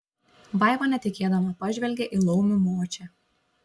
vaiva netikėdama pažvelgė į laumių močią